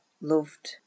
loved